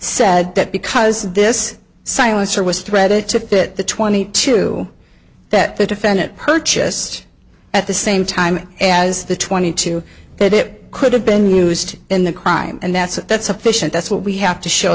said that because this silencer was threaded to fit the twenty two that the defendant purchased at the same time as the twenty two that it could have been used in the crime and that's that's sufficient that's what we have to show